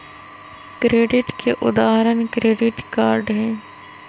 credit के उदाहरण credit card हई